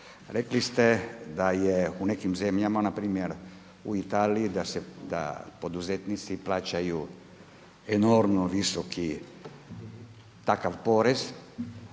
Rekli ste da je u nekim zemljama na primjer u Italiji da poduzetnici plaćaju enormno visoki takav porez